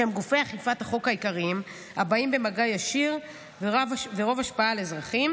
שהם גופי אכיפת החוק העיקריים הבאים במגע ישיר ורב השפעה עם אזרחים,